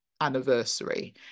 anniversary